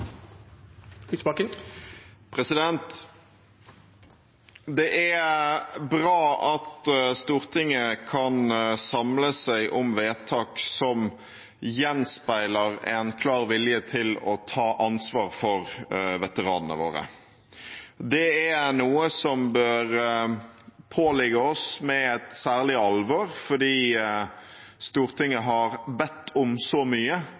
bra at Stortinget kan samle seg om vedtak som gjenspeiler en klar vilje til å ta ansvar for veteranene våre. Det er noe som bør påligge oss med et særlig alvor, fordi Stortinget har bedt om så mye